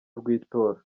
rw’itora